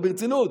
ברצינות.